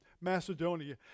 Macedonia